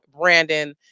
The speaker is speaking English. Brandon